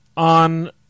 ...on